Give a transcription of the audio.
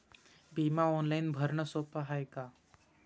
बिमा ऑनलाईन भरनं सोप हाय का?